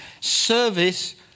Service